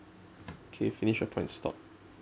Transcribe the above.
okay finish your point stop